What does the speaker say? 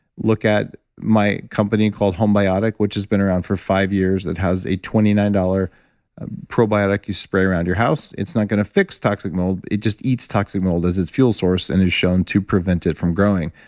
look at my company called homebiotic, which has been around for five years, that has a twenty nine dollars probiotic you spray around your house it's not going to fix toxic mold, it just eats toxic mold as its fuel source, and is shown to prevent it from growing.